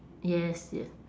yes yes